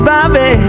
Bobby